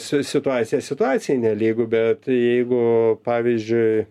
si situacija situacijai nelygu bet jeigu pavyzdžiui